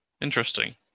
Interesting